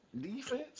defense